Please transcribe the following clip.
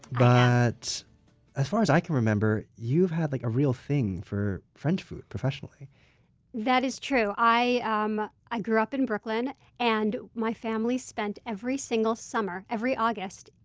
as far as i can remember you've had like a real thing for french food, professionally that is true. i um i grew up in brooklyn and my family spent every single summer, every august,